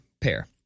pair